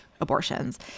abortions